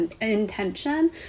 intention